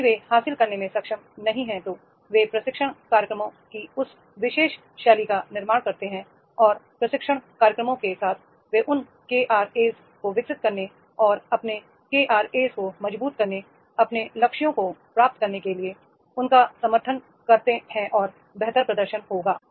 यदि वे हासिल करने में सक्षम नहीं हैं तो वे प्रशिक्षण कार्यक्रमों की उस विशेष शैली का निर्माण करते हैं और प्रशिक्षण कार्यक्रमों के साथ वे उन केआरए को विकसित करने और अपने केआरए को मजबूत करने अपने लक्ष्यों को प्राप्त करने के लिए उनका समर्थन करते हैं और बेहतर प्रदर्शन होगा